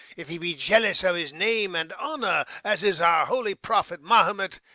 if he be jealous of his name and honour as is our holy prophet mahomet,